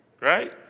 Right